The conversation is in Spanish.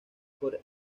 por